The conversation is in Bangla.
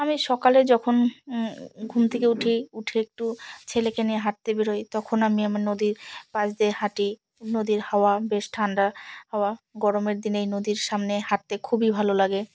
আমি সকালে যখন ঘুম থেকে উঠি উঠে একটু ছেলেকে নিয়ে হাঁটতে বেরোই তখন আমি আমার নদীর পাশ দিয়ে হাঁটি নদীর হাওয়া বেশ ঠান্ডা হাওয়া গরমের দিনেই নদীর সামনে হাঁটতে খুবই ভালো লাগে